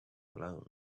alone